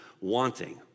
wanting